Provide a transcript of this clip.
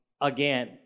again